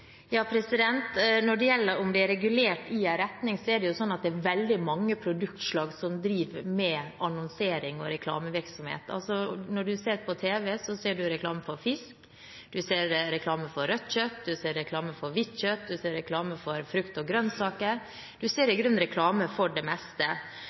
Når det gjelder om det er regulert i en retning, er det sånn at det er veldig mange produktslag som det drives annonsering og reklamevirksomhet for. Når en ser på tv, ser en reklame for fisk, en ser reklame for rødt kjøtt, en ser reklame for hvitt kjøtt, en ser reklame for frukt og grønnsaker – en ser i grunnen reklame for det meste.